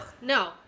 no